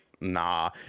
nah